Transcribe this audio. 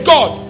God